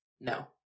No